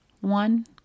One